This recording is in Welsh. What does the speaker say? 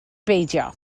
beidio